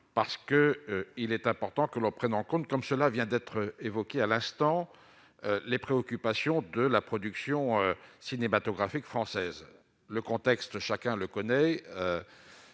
parce que il est important que l'on prenne en compte, comme cela vient d'être évoqué à l'instant, les préoccupations de la production cinématographique française, le contexte, chacun le connaît